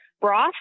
Broth